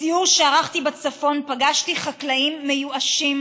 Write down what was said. בסיור שערכתי בצפון פגשתי חקלאים מיואשים